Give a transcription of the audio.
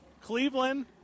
Cleveland